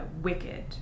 Wicked